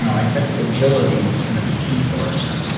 i think agility is going to be key for us here.